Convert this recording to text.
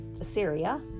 Assyria